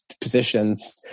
positions